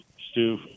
Stu